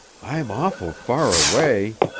i'm awful far away,